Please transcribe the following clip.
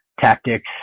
tactics